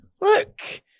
look